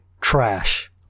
Trash